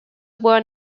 born